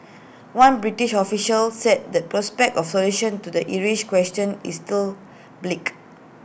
one British official said the prospect of A solution to the Irish question is still bleak